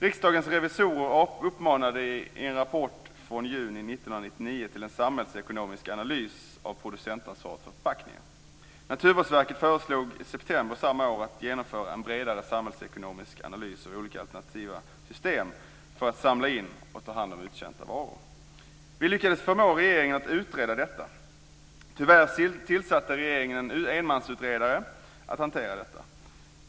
Riksdagens revisorer uppmanade i en rapport från juni 1999 till en samhällsekonomisk analys av producentansvaret för förpackningar. Naturvårdsverket föreslog i september samma år att man skulle genomföra en bredare samhällsekonomisk analys av olika alternativa system för att samla in och ta hand om uttjänta varor. Vi lyckades förmå regeringen att utreda detta. Tyvärr tillsatte regeringen en enmansutredare att hantera detta.